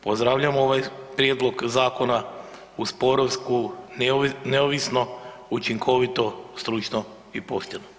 Pozdravljam ovaj Prijedlog zakona uz poruku neovisno, učinkovito, stručno i pošteno.